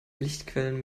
lichtquellen